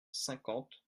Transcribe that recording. cinquante